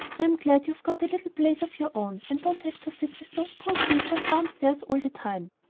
i'm glad you've got a little place of your own, and don't have to sit with those poor creatures downstairs all the time.